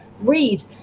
read